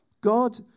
God